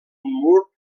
mur